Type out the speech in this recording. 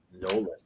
nolan